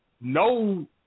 no